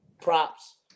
props